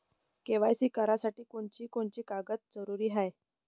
KYC करासाठी कोनची कोनची कागद जरुरी हाय?